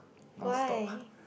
non stop